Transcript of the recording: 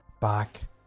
back